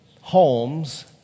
homes